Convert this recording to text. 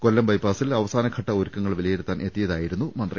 കൊല്ലം ബൈപ്പാസിൽ അവസാന ഘട്ട ഒരുക്കങ്ങൾ വില യിരുത്താനെത്തിയതായിരുന്നു മന്ത്രി